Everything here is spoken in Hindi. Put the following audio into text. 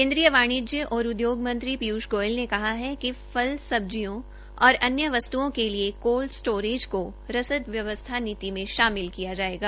केन्द्रीय वाणिज्य और उद्योग मंत्री पीयूष गोयल ने कहा है कि फल सब्जियों और अन्य वस्त्ओं के लिये कोल्ड स्टोरेज को रसद व्यवस्था नीति में शामिल किया जायेगा